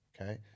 okay